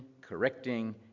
correcting